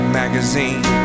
magazine